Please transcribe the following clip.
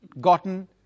gotten